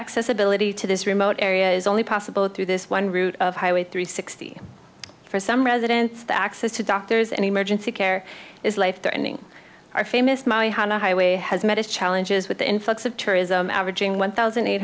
accessibility to this remote area is only possible through this one route of highway three sixty for some residents the access to doctors and emergency care is life threatening our famous my honda highway has met its challenges with the influx of tourism averaging one thousand eight